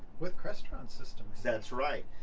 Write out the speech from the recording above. with crestron systems. that's right!